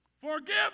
forgive